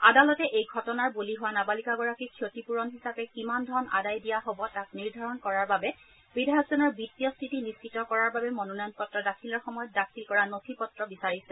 আদালতে এই ঘটনাৰ বলি হোৱা নাবালিকাগৰাকীক ক্ষতিপূৰণ হিচাপে কিমান ধন আদায় দিয়া হ'ব তাক নিৰ্দ্ধাৰণ কৰাৰ বাবে বিধায়কজনৰ বিত্তীয় স্থিতি নিশ্চিত কৰাৰ বাবে মনোনয়ন পত্ৰ দাখিলৰ সময়ত দাখিল কৰা নথিপত্ৰ বিচাৰিছে